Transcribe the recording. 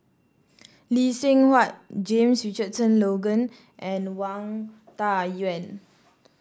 Lee Seng Huat James Richardson Logan and Wang Dayuan